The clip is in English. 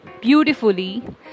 beautifully